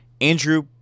Andrew